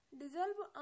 dissolve